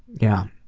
yeah.